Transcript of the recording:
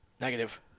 negative